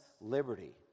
liberty